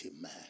man